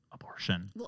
Abortion